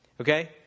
Okay